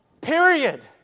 Period